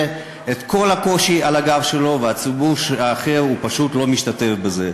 את כל הקושי על הגב שלו והציבור האחר פשוט לא משתתף בזה.